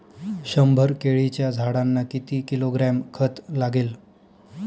शंभर केळीच्या झाडांना किती किलोग्रॅम खत लागेल?